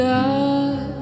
God